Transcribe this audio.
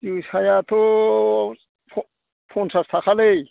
जोसायाथ' पन्सास थाखा लै